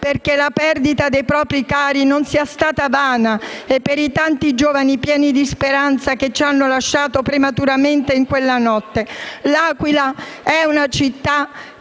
perché la perdita dei propri cari non sia stata vana e per i tanti giovani pieni di speranze, che ci hanno lasciato prematuramente in quella notte. L'Aquila è una ferita